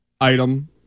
item